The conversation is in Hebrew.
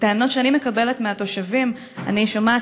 בטענות שאני מקבלת מהתושבים אני שומעת